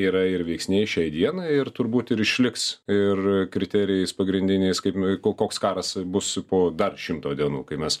yra ir veiksniai šiai dienai ir turbūt ir išliks ir kriterijais pagrindiniais kaip m koks karas bus po dar šimto dienų kai mes